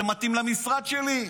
זה מתאים למשרד שלי.